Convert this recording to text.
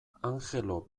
angelo